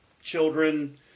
children